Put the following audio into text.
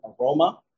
aroma